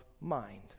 mind